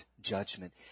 Judgment